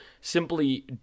simply